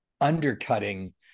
undercutting